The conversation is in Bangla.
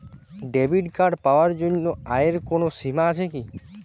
ডেবিট কার্ড পাওয়ার জন্য আয়ের কোনো সীমা আছে কি?